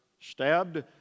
stabbed